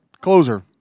closer